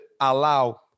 allow